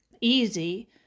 easy